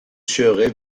serais